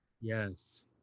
yes